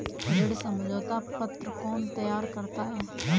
ऋण समझौता पत्र कौन तैयार करता है?